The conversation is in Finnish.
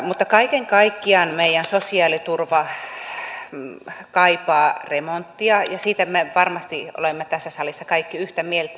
mutta kaiken kaikkiaan meidän sosiaaliturva kaipaa remonttia ja siitä me varmasti olemme tässä salissa kaikki yhtä mieltä